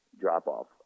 drop-off